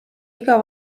iga